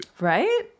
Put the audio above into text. Right